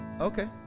okay